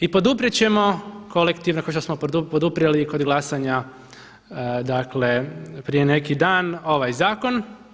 I poduprijet ćemo kolektivno kao što smo poduprijeli i kog glasanja dakle prije neki dan ovaj zakon.